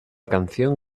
canción